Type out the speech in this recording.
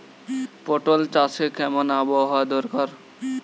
পটল চাষে কেমন আবহাওয়া দরকার?